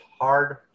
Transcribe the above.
hard